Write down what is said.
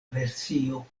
versio